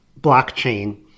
blockchain